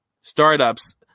startups